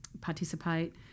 participate